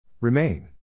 Remain